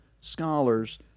scholars